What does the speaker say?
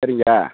வரீங்களா